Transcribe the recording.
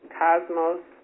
cosmos